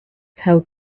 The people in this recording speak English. held